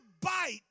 bite